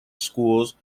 schools